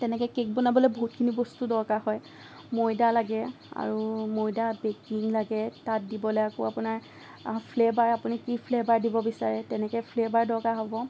তেনেকে কেক বনাবলে বহুতখিনি বস্তুৰ দৰকাৰ হয় ময়দা লাগে আৰু ময়দা বেকিং লাগে তাত দিবলৈ আকৌ আপোনাৰ ফ্লেভাৰ আপুনি কি ফ্লেভাৰ দিব বিচাৰে তেনেকে ফ্লেভাৰ দৰকাৰ হ'ব